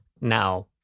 Now